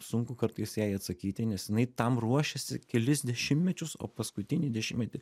sunku kartais jai atsakyti nes jinai tam ruošėsi kelis dešimtmečius o paskutinį dešimtmetį